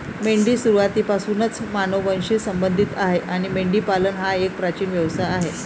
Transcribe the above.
मेंढी सुरुवातीपासूनच मानवांशी संबंधित आहे आणि मेंढीपालन हा एक प्राचीन व्यवसाय आहे